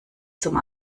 zum